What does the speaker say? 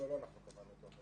לא אנחנו קבענו את לוח הזמנים.